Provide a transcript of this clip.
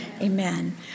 Amen